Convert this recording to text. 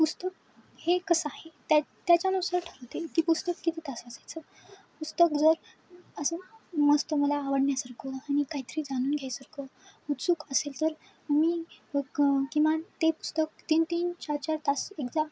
पुस्तक हे कसं आहे त्या त्याच्यानुसार ठरवते की पुस्तक किती तास वाचायचं पुस्तक जर असं मस्त मला आवडण्यासारखं आणि काहीतरी जाणून घ्यायसारखं उत्सुक असेल तर मी एक किमान ते पुस्तक तीन तीन चार चार तास एकदा